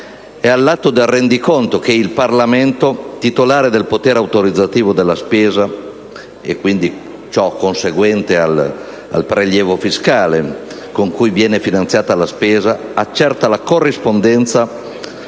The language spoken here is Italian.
il Parlamento, titolare del potere autorizzativo della spesa, conseguente al prelievo fiscale con cui viene finanziata, accerta la corrispondenza